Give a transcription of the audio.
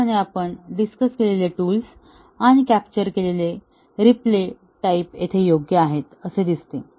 सुदैवाने आपण डिस्कस केलेले टूल्स आणि कॅप्चर केलेले रीप्ले टाईप येथे योग्य आहेत असे दिसते